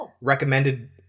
recommended